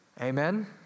Amen